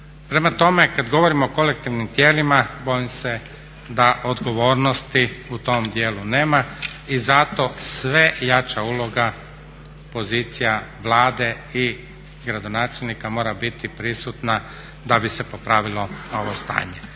Prema tome, kad govorimo o kolektivnim tijelima bojim se da odgovornosti u tom dijelu nema i zato sve jača uloga pozicija, Vlade i gradonačelnika mora biti prisutna da bi se popravilo ovo stanje.